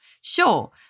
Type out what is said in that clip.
Sure